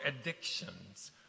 addictions